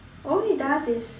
all he does is